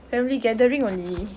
family gathering only